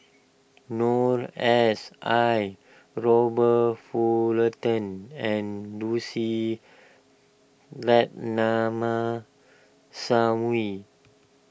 Noor S I Robert Fullerton and Lucy Ratnammah Sam way